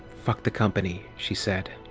fuck the company, she said.